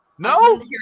No